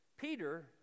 Peter